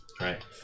Right